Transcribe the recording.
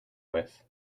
with